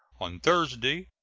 on thursday,